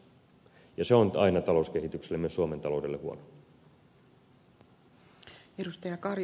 se on aina talouskehitykselle myös suomen taloudelle huono asia